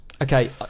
okay